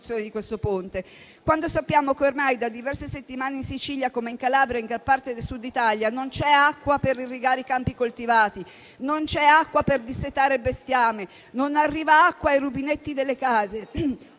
quando sappiamo che ormai da diverse settimane in Sicilia, come in Calabria e in gran parte del Sud Italia, non c'è acqua per irrigare i campi coltivati, non c'è acqua per dissetare bestiame, non arriva acqua ai rubinetti delle case